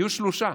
יהיו שלושה.